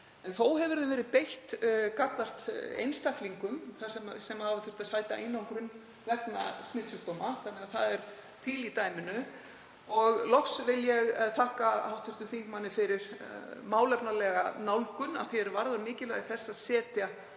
Þó hefur þeim verið beitt gagnvart einstaklingum sem hafa þurft að sæta einangrun vegna smitsjúkdóma þannig að það er til í dæminu. Loks vil ég þakka hv. þingmanni fyrir málefnalega nálgun að því er varðar mikilvægi þess að setja